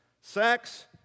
sex